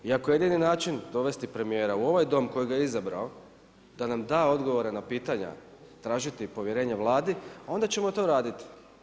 I ako je jedini način dovesti premijera u ovaj Dom koji ga je izabrao da nam da odgovore na pitanja, tražiti povjerenje Vladi, onda ćemo to raditi.